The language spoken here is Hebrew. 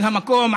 על המקום,